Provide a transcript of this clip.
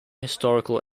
historical